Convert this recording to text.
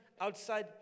outside